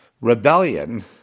rebellion